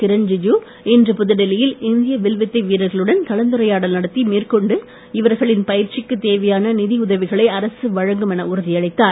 கிரண் ரிஜிஜு இன்று புதுடெல்லியில் இந்திய வில்வித்தை வீரர்களுடன் கலந்துரையாடல் நடத்தி மேற்கொண்டு இவர்களின் பயிற்சிக்கு தேவையான நிதி உதவிகளை அரசு வழங்கும் என உறுதியளித்தார்